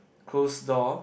closed door